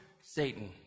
Satan